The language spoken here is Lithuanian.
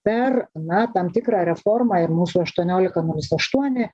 per na tam tikrą reformą ir mūsų aštuoniolika nulis aštuoni